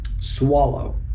swallow